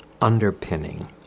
underpinning